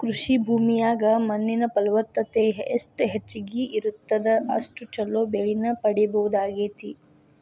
ಕೃಷಿ ಭೂಮಿಯಾಗ ಮಣ್ಣಿನ ಫಲವತ್ತತೆ ಎಷ್ಟ ಹೆಚ್ಚಗಿ ಇರುತ್ತದ ಅಷ್ಟು ಚೊಲೋ ಬೆಳಿನ ಪಡೇಬಹುದಾಗೇತಿ